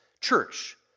church